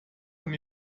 von